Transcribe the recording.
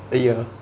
eh ya